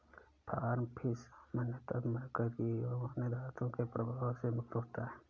farm fish सामान्यतः mercury एवं अन्य धातुओं के प्रभाव से मुक्त होता है